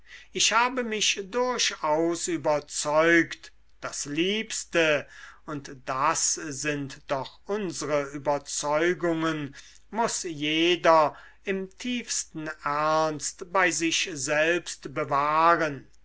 ich habe mich durchaus überzeugt das liebste und das sind doch unsre überzeugungen muß jeder im tiefsten ernst bei sich selbst bewahren